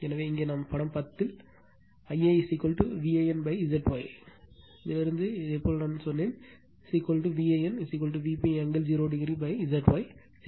எனவே இங்கே நாம் படம் 10 I a Van Z Y இலிருந்து இதேபோல் சொன்னேன் Van Vp angle 0o Z Y Vp z y